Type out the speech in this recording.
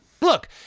Look-